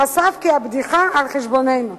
חשף כי הבדיחה על חשבוננו.